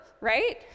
right